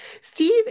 steve